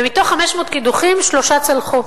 ומתוך 500 קידוחים שלושה צלחו.